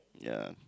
ya